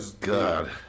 God